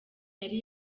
yari